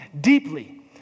deeply